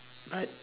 right